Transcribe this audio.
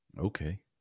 Okay